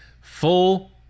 full